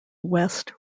west